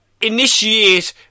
initiate